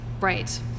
Right